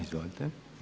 Izvolite.